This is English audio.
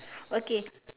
okay